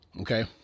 Okay